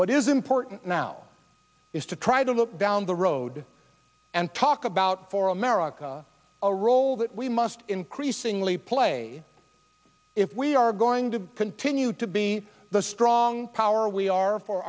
what is important now is to try to look down the road and talk about for america a role that we must increasingly play if we are going to continue to be the strong power we are for